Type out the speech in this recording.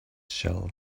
shell